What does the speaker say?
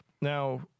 Now